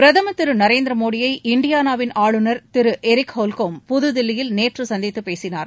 பிரதமர் திரு நரேந்திர மோடியை இண்டியானாவின் ஆளுநர் திரு எரிக் ஹால் காம் புதுதில்லியில் நேற்று சந்தித்து பேசினார்